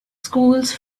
schools